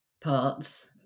parts